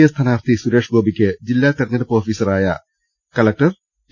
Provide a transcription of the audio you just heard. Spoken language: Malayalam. എ സ്ഥാനാർഥി സുരേഷ് ഗോപിക്ക് ജില്ലാ തെരഞ്ഞെടുപ്പ് ഓഫീസറായ ജില്ലാ കലക്ടർ ടി